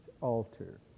altar